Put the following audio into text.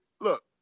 Look